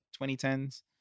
2010s